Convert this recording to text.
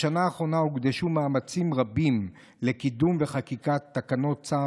בשנה האחרונה הוקדשו מאמצים רבים לקידום וחקיקת תקנות צערי